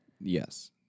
yes